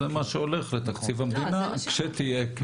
זה מה שהולך לתקציב המדינה כשתהיה קרן.